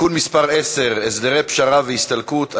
(תיקון מס' 10) (הסדרי פשרה והסתלקות),